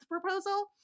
proposal